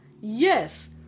Yes